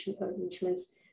arrangements